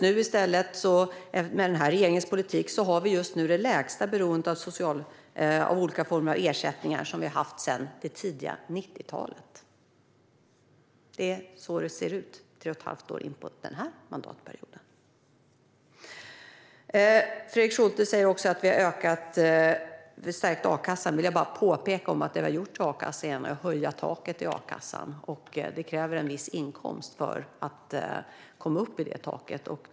Nu, med den här regeringens politik, har vi i stället det lägsta beroendet av olika former av ersättningar sedan det tidiga 90-talet. Så ser det ut tre och ett halvt år in på den här mandatperioden. Fredrik Schulte säger också att vi har stärkt a-kassan. Jag vill bara påpeka att det vi har gjort är att höja taket i a-kassan. Det krävs en viss inkomst för att komma upp till det taket.